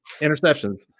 interceptions